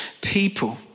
people